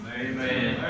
Amen